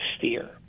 fear